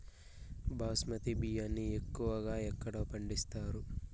బాస్మతి బియ్యాన్ని ఎక్కువగా ఎక్కడ పండిస్తారు?